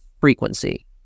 frequency